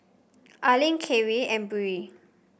Arlin Carie and Beau